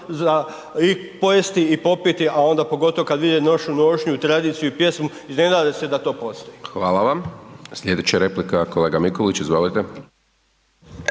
za i pojesti i popiti, a onda pogotovo kad vide našu nošnju i tradiciju i pjesmu, iznenade se da to postoji. **Hajdaš Dončić, Siniša (SDP)** Hvala vam.